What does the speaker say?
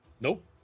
nope